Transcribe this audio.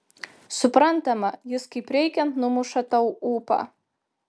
suprantama jis kaip reikiant numuša tau ūpą